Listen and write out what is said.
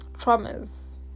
traumas